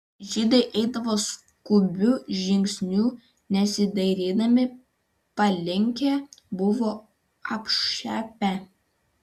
žydai eidavo skubiu žingsniu nesidairydami palinkę buvo apšepę